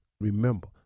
Remember